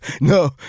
No